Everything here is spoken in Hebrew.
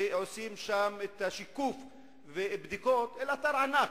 שעושים שם את השיקוף והבדיקות, אלא באתר ענק.